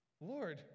Lord